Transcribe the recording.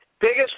Biggest